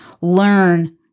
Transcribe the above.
learn